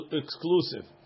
exclusive